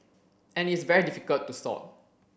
and it's very difficult to sort